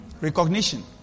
Recognition